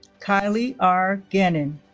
kylie r. gannon